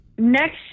Next